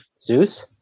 Zeus